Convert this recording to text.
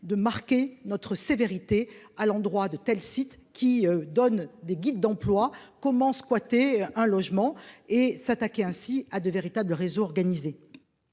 de marquer notre sévérité à l'endroit de tels sites qui donne des guides d'emploi comment squatter un logement et s'attaquer ainsi à de véritables réseaux organisés.